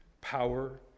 power